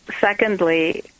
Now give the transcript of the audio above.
secondly